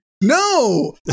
No